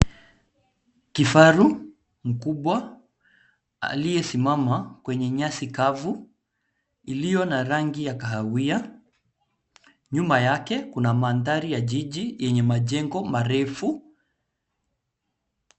Kifaru mkubwa aliyesimama kwenye nyasi kavu iliyo na rangi ya kahawia. Nyuma yake kuna mandhari ya jiji yenye majengo marefu.